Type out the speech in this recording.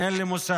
אין לי מושג.